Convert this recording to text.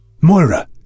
Moira